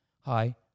hi